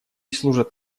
служат